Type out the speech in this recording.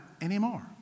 anymore